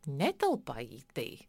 netelpa į tai